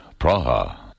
Praha